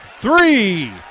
Three